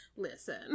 Listen